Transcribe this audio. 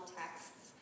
texts